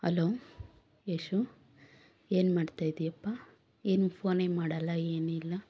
hello Yashu ಏನು ಮಾಡ್ತಾಯಿದ್ದೀಯಪ್ಪಾ ಏನು ಫೋನೇ ಮಾಡಲ್ಲ ಏನಿಲ್ಲ